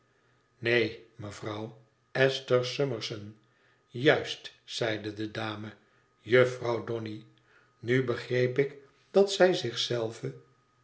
neen mevrouw esther summerson juist zeide de dame jufvrouw donny nu begreep ik dat zij zichzelve